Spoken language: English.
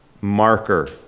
marker